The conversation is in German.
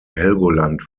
helgoland